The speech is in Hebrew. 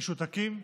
משותקים,